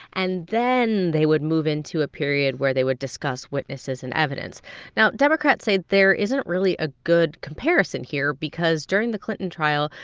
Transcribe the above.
and then they would move into a period where they would discuss witnesses and evidence now, democrats say there isn't really a good comparison here because during the clinton trial,